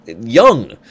young